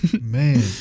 Man